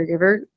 caregiver